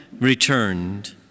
returned